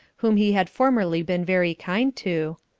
whom he had formerly been very kind to,